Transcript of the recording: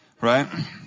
Right